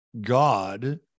God